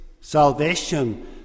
Salvation